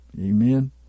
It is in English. Amen